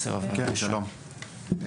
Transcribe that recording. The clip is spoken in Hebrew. שלום,